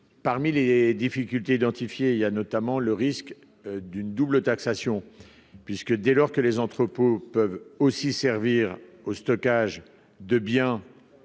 parmi les difficultés identifiées, il y a notamment le risque d'une double taxation puisque dès lors que les entrepôts peuvent aussi servir au stockage de bien